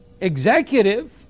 executive